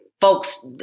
folks